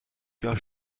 car